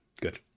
good